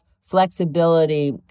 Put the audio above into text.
flexibility